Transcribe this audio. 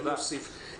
נוסיף את זה.